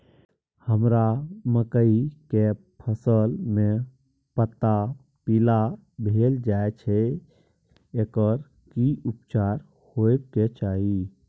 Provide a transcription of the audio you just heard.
हमरा मकई के फसल में पता पीला भेल जाय छै एकर की उपचार होबय के चाही?